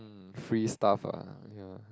um free stuff ah ya